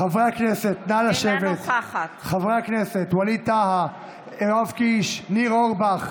אינה נוכחת ג'ידא רינאוי זועבי,